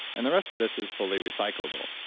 and the rest of this is fully recyclable.